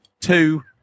two